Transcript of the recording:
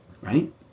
Right